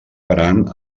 parant